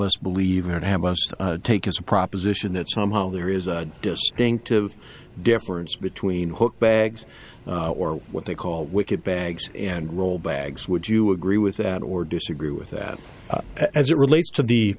have us take as a proposition that somehow there is a distinctive difference between what bags or what they call wicket bags and roll bags would you agree with that or disagree with that as it relates to the